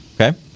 Okay